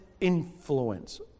influence